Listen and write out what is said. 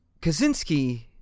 Kaczynski